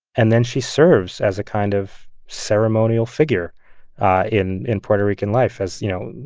and then she serves as a kind of ceremonial figure in in puerto rican life as, you know,